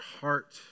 heart